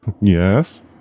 Yes